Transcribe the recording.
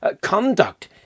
conduct